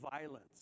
violence